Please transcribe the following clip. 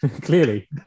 clearly